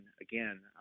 again